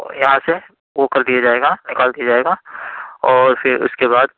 یہاں سے وہ کر دیا جائے گا نکال دیا جائے گا اور پھر اُس کے بعد